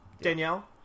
danielle